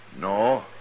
No